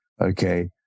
Okay